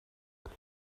wenn